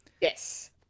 Yes